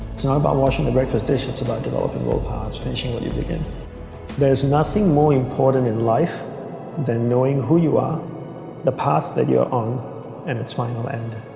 it's not about washing the breakfast dish it's about developing world powers finishing what you begin there's nothing more important in life than knowing who you are the path that that you are on and its final end